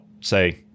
say